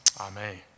amen